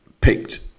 picked